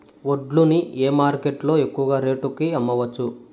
వడ్లు ని ఏ మార్కెట్ లో ఎక్కువగా రేటు కి అమ్మవచ్చు?